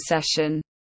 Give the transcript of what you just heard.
session